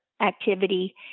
activity